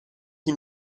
qui